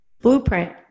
Blueprint